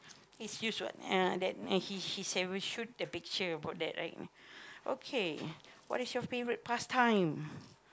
his use what ya that and he's he's ever shoot the picture about that like okay what is your favourite pastime